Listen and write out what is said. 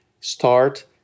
start